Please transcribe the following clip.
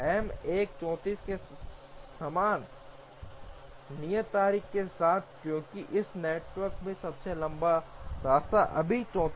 M 1 34 के समान नियत तारीख के साथ क्योंकि इस नेटवर्क में सबसे लंबा रास्ता अभी 34 है